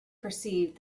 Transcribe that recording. perceived